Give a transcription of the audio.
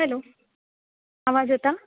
hello आवाज येता